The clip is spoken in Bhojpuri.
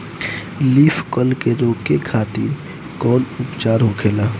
लीफ कल के रोके खातिर कउन उपचार होखेला?